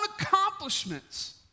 accomplishments